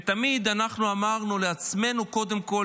ותמיד אנחנו אמרנו לעצמנו קודם כול